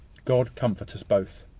god comfort us both!